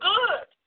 good